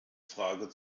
frage